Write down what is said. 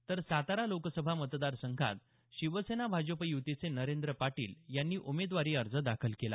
तर सातारा लोकसभा मतदार संघात शिवसेना भाजप युतीचे नरेंद्र पाटील यांनी उमेदवारी अर्ज दाखल केला